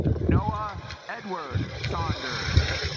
noah edward saunders